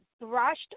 brushed